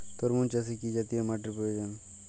তরমুজ চাষে কি জাতীয় মাটির প্রয়োজন?